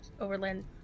overland